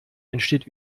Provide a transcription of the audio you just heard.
entsteht